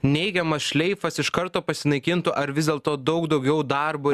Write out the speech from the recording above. neigiamas šleifas iš karto pasinaikintų ar vis dėlto daug daugiau darbo